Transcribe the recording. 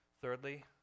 Thirdly